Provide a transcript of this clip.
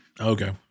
Okay